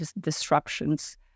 disruptions